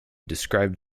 described